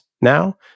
now